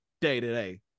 day-to-day